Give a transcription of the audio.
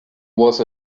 was